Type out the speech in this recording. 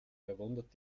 verwundert